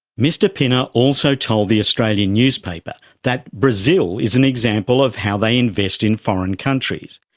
mr pinner also told the australian newspaper that brazil is an example of how they invest in foreign countries.